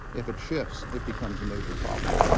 if it shifts it becomes a major problem.